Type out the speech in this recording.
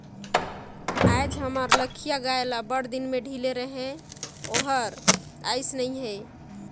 आयज हमर लखिया गाय ल बड़दिन में ढिले रहें ओहर आइस नई हे